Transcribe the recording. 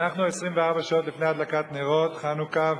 אנחנו 24 שעות לפני הדלקת נרות חנוכה,